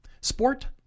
sport